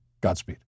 Godspeed